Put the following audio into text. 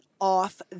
off